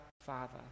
Father